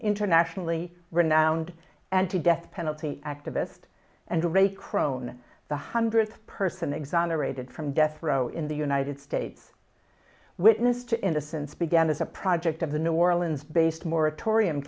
internationally renowned anti death penalty activist and ray crone the hundredth person exonerated from death row in the united states witness to innocence began as a project of the new orleans based moratori